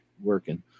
working